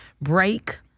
break